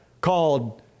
called